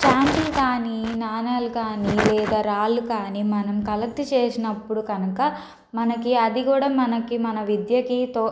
స్టాంపులు కానీ నాణాలు కానీ లేదా రాళ్ళు కానీ మనం కలక్టు చేసినప్పుడు కనుక మనకి అది కూడా మనకి మన విద్యకి తో